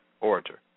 orator